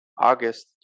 August